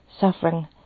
suffering